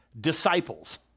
disciples